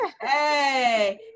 Hey